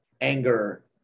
anger